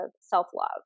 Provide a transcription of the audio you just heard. self-love